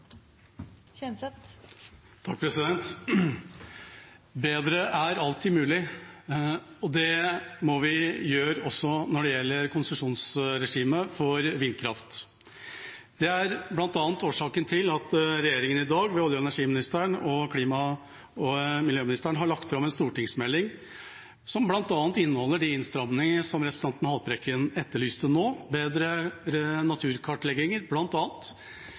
alltid mulig. Det må vi også gjøre når det gjelder konsesjonsregimet for vindkraft. Det er bl.a. årsaken til at regjeringa i dag ved olje- og energiministeren og klima- og miljøministeren har lagt fram en stortingsmelding som bl.a. inneholder de innstrammingene som representanten Haltbrekken etterlyste nå – bedre naturkartlegginger